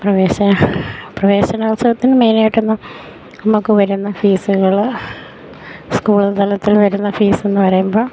പ്രവേശനോത്സവത്തിന് മെയിനായിട്ട് നമുക്കു വരുന്ന ഫീസുകള് സ്കൂൾതലത്തിൽ വരുന്ന ഫീസെന്നു പറയുമ്പോള്